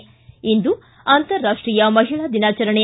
್ಲಿ ಇಂದು ಅಂತರಾಷ್ಟೀಯ ಮಹಿಳಾ ದಿನಾಚರಣೆ